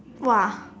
!wah!